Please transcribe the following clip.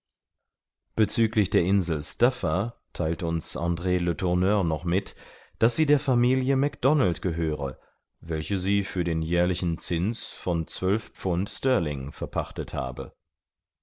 bezüglich der insel staffa theilt uns andr letourneur noch mit daß sie der familie mac donald gehöre welche sie für den jährlichen zins von zwölf pfund sterling verpachtet hat